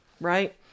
right